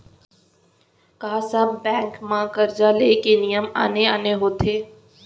का सब बैंक म करजा ले के नियम आने आने होथे?